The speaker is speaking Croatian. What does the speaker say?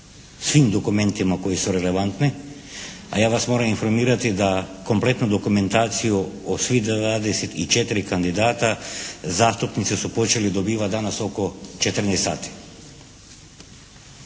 svim dokumentima koji su relevantni, a ja vas moram informirati da kompletnu dokumentaciju o svih 24 kandidata zastupnici su počeli dobivati danas oko 14 sati.